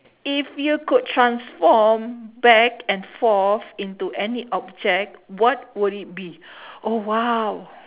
if you could transform back and forth into any object what would it be oh !wow!